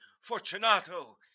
Fortunato